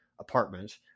apartment